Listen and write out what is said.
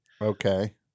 Okay